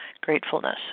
gratefulness